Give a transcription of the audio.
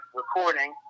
recording